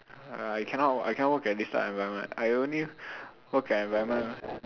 ya I cannot I cannot work at this type of environment I only work at environment